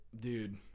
dude